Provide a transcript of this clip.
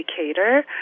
indicator